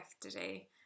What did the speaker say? today